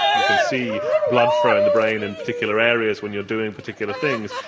we can see blood flow in the brain in particular areas when you're doing particular things.